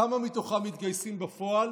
כמה מתוכם מתגייסים בפועל?